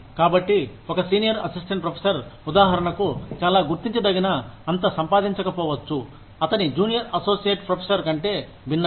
కాబట్టి ఒక senior assistant professor ఉదాహరణకు చాలా గుర్తించదగిన అంత సంపాదించకపోవచ్చు అతని జూనియర్ అసోసియేట్ ప్రొఫెసర్ కంటే భిన్నంగా